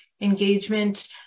engagement